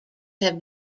have